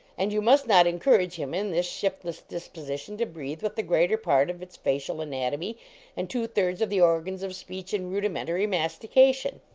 and you must not encourage him in his shiftless disposition to breathe with the greater part of its facial anatomy and two thirds of the organs of speech and rudimentary mastication.